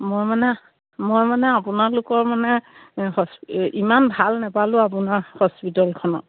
মই মানে মই মানে আপোনালোকৰ মানে ইমান ভাল নেপালোঁ আপোনাৰ হস্পিটেলখনত